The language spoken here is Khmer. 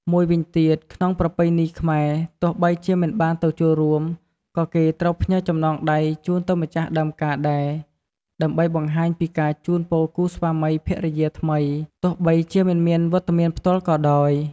មួយវិញទៀត ក្នុងប្រពៃណីខ្មែរ ទោះបីជាមិនបានទៅចូលរួម ក៏គេត្រូវផ្ញើចំណងដៃជូនទៅម្ចាស់ដើមការដែរ ដើម្បីបង្ហាញពីការជូនពរគូស្វាមីភរិយាថ្មី ទោះបីជាមិនមានវត្តមានផ្ទាល់ក៏ដោយ។